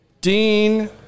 Dean